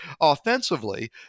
offensively